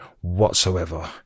whatsoever